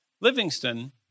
Livingston